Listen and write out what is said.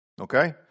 Okay